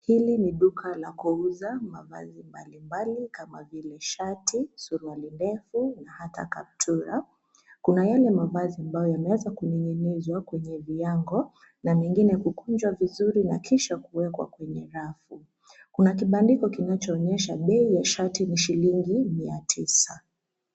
Hili ni duka la kuuza mavazi mbalimbali kama vile shati, suruali ndefu na hata kaptura. Kuna yale mavazi ambayo yameweza kuning'inizwa kwenye viango na mengine kukunjwa vizuri na kisha kuwekwa kwenye rafu. Kuna kibandiko kinachoonyesha bei ya shati ni shilingi mia tisa.